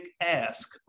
ask